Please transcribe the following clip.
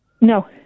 No